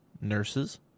nurses